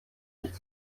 nicht